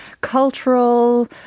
cultural